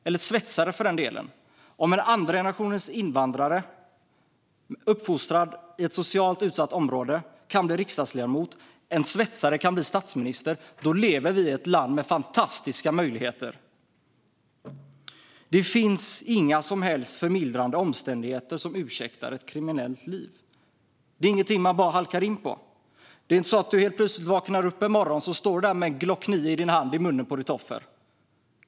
Det finns för den delen möjlighet att bli svetsare. Om en andra generationens invandrare som är uppvuxen i ett socialt utsatt område kan bli riksdagsledamot och om en svetsare kan bli statsminister lever vi i ett land med fantastiska möjligheter. Det finns inga som helst förmildrande omständigheter som ursäktar ett kriminellt liv. Det är inget man bara halkar in på. Man vaknar inte plötsligt upp en morgon och står där med en Glock 9 i sin hand och riktar den i munnen på sitt offer.